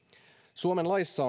suomen laissa